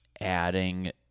Adding